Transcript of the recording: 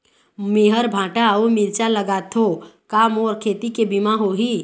मेहर भांटा अऊ मिरचा लगाथो का मोर खेती के बीमा होही?